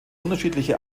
unterschiedliche